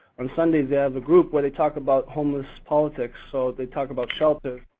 on sundays they have a group where they talk about homeless politics, so they talk about shelters.